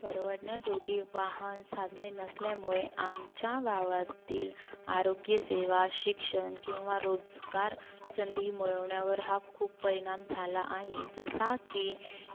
परवडण्याजोगी वाहन साधने नसल्यामुळे आमच्या गावातील आरोग्यसेवा शिक्षण किंवा रोजगार संधी मिळवण्यावर हा खूप परिणाम झाला आहे जसा की